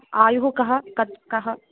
आयुः कः कति कः